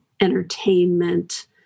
entertainment